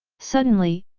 suddenly,